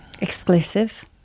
exclusive